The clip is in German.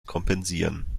kompensieren